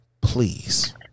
Please